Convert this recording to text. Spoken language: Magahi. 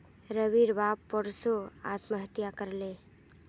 रविर बाप परसो आत्महत्या कर ले